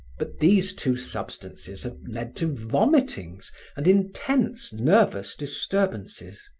but these two substances had led to vomitings and intense nervous disturbances.